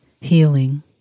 healing